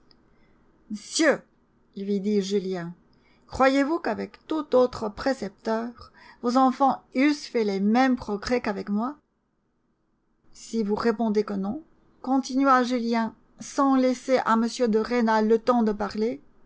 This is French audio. monsieur lui dit julien croyez-vous qu'avec tout autre précepteur vos enfants eussent fait les mêmes progrès qu'avec moi si vous répondez que non continua julien sans laisser à m de rênal le temps de parler